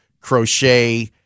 Crochet